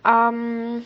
um